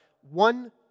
one